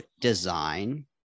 design